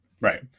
right